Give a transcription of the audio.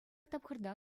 тапхӑрта